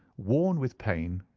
worn with pain,